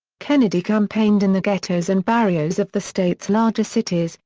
kennedy campaigned in the ghettos and barrios of the state's larger cities,